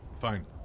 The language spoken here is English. fine